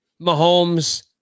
Mahomes